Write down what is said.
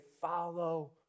follow